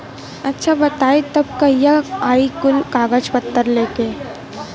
अच्छा बताई तब कहिया आई कुल कागज पतर लेके?